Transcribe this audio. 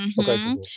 Okay